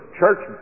church